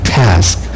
task